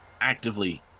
actively